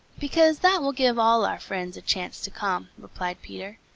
because that will give all our friends a chance to come, replied peter.